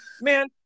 man